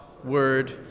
Word